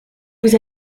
vous